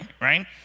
right